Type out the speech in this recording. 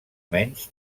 menys